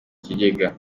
ikigega